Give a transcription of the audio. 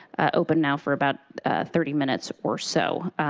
open now for about thirty minutes or so,